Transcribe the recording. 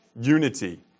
unity